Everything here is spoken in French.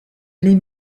les